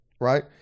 Right